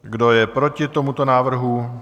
Kdo je proti tomuto návrhu?